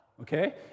okay